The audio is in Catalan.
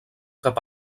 cap